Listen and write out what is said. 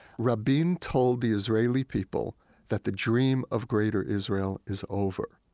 rabin told the israeli people that the dream of greater israeli is over